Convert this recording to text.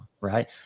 Right